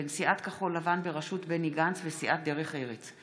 בין סיעת כחול לבן בראשות בני גנץ ובין סיעת דרך ארץ,